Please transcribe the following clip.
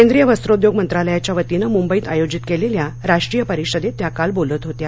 केंद्रीय वस्त्रोद्योग मंत्रालयाच्या वतीनं मुंबईत आयोजित केलेल्या राष्ट्रीय परिषदेत त्या काल बोलत होत्या